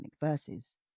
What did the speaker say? verses